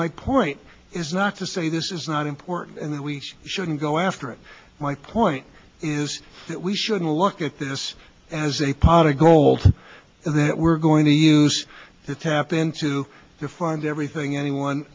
point is not to say this is not important and that we shouldn't go after it my point is that we shouldn't look at this as a pot of gold that we're going to use to tap into to find everything anyone